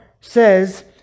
says